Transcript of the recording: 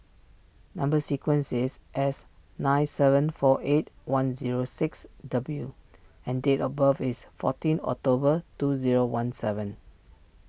Number Sequence is S nine seven four eight one zero six W and date of birth is fourteen October two zero one seven